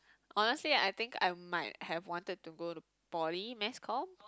honestly I think I might have wanted to go to poly mass comm